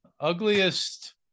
ugliest